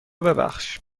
ببخش